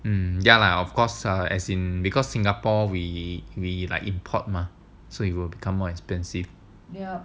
hmm of course lah as in because singapore we like import mah so you will become more expensive ya